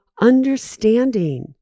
understanding